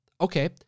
Okay